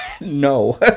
No